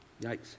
Yikes